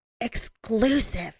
Exclusive